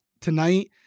tonight